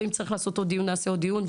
ואם צריך לעשות עוד דיון אז נעשה עוד דיון.